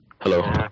Hello